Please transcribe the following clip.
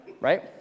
right